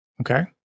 Okay